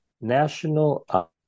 national